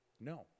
no